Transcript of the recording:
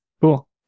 Cool